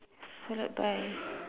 salad buy